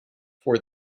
for